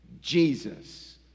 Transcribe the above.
Jesus